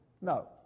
No